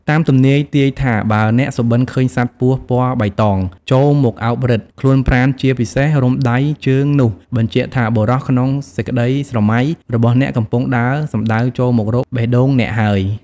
តាមទំនាយទាយថាបើអ្នកសុបិនឃើញសត្វពស់ពណ៌បៃតងចូលមកអោបរឹត ខ្លួនប្រាណជាពិសេសរុំដៃជើងនោះបញ្ជាក់ថាបុរសក្នុងសេចក្តីស្រមៃ របស់អ្នកកំពុងដើរសំដៅចូលមករកបេះដូងអ្នកហើយ។